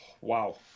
Wow